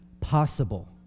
possible